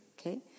Okay